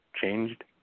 changed